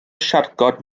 siarcod